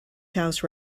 house